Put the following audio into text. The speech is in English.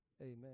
Amen